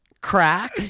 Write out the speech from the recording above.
Crack